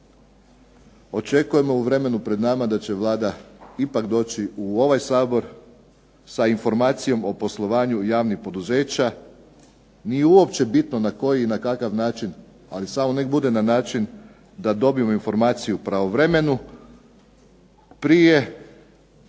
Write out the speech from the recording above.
očekujemo u vremenu pred nama da će Vlada ipak doći u ovaj Sabor sa informacijom o poslovanju javnih poduzeća. Nije uopće bitno na koji i na kakav način, ali samo nek bude na način da dobijemo informaciju pravovremenu prije